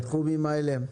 בתחומים האלה.